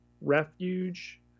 refuge